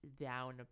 down